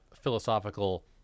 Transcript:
philosophical